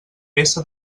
peça